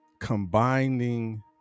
combining